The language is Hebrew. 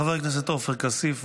חבר הכנסת עופר כסיף,